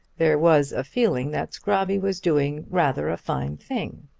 there was a feeling that scrobby was doing rather a fine thing.